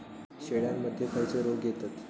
शेळ्यामध्ये खैचे रोग येतत?